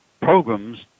programs